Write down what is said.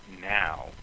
now